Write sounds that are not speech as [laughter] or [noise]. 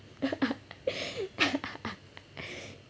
[laughs]